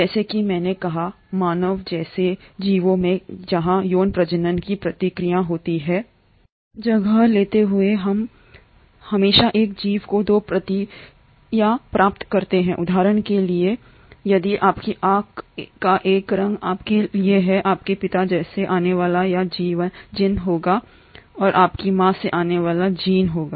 जैसा कि मैंने कहा मानव जैसे जीवों में जहां यौन प्रजनन की प्रक्रिया होती है जगह लेते हुए हम हमेशा एक जीन की 2 प्रतियाँ प्राप्त करते हैं उदाहरण के लिए यदि आपकी आंख का रंग आपके लिए है आपके पिता से आने वाला एक जीन होगा और आपकी माँ से आने वाला जीन होगा